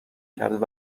کرد